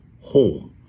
home